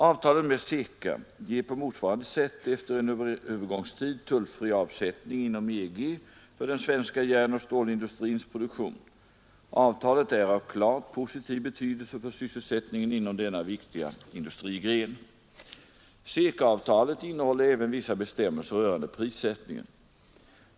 Avtalet med CECA ger på motsvarande sätt efter en övergångstid tullfri avsättning inom EG för den svenska järnoch stålindustrins produktion. Avtalet är av klart positiv betydelse för sysselsättningen inom denna viktiga industrigren. CECA-avtalet innehåller även vissa bestämmelser rörande prissättningen.